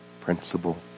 principle